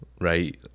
right